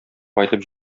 кайтып